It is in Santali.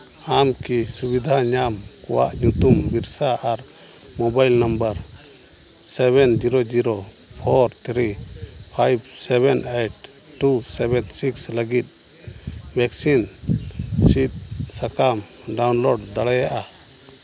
ᱟᱢ ᱠᱤ ᱥᱩᱵᱤᱫᱷᱟ ᱧᱟᱢ ᱠᱚᱣᱟᱜ ᱧᱩᱛᱩᱢ ᱵᱤᱨᱥᱟ ᱟᱨ mobile number seven zero zero four three five seven eight two seven six ᱞᱟᱹᱜᱤᱫ ᱵᱷᱮᱠᱥᱤᱱ ᱥᱤᱫᱽ ᱥᱟᱠᱟᱢᱱ ᱰᱟᱣᱩᱱᱞᱳᱰ ᱫᱟᱲᱮᱭᱟᱜᱼᱟ